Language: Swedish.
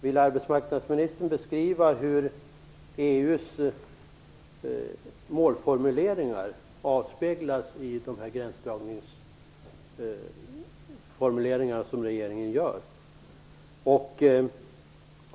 Vill arbetsmarknadsministern beskriva hur EU:s målformuleringar avspeglas i de gränsdragningsformuleringar som regeringen gör?